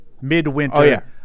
midwinter